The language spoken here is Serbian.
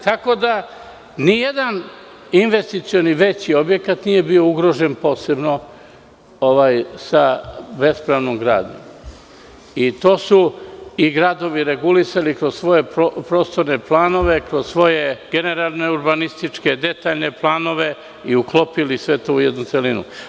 Tako da, ni jedan veći investicioni objekat nije bio ugrožen posebno sa bespravnom gradnjom i to su gradovi regulisali kroz svoje prostorne planove, kroz svoje generalne urbanističke detaljne planove i uklopili sve to u jednu celinu.